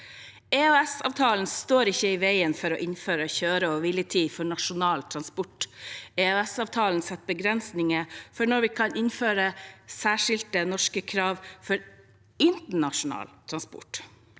EØS-avtalen står ikke i veien for å innføre kjøre- og hviletid for nasjonal transport. EØS-avtalen setter begrensninger for når vi kan innføre særskilte norske krav for internasjonal transport.